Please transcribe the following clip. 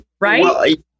right